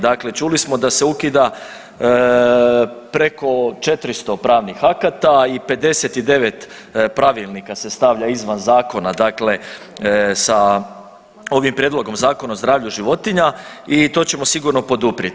Dakle, čuli smo da se ukida preko 400 pravnih akata i 59 pravilnika se stavlja izvan zakona, dakle sa ovim Prijedlogom zakona o zdravlju životinja i to ćemo sigurno poduprijeti.